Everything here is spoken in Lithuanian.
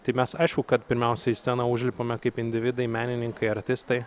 tai mes aišku kad pirmiausia į sceną užlipame kaip individai menininkai artistai